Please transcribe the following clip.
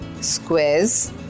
squares